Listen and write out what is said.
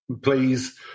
Please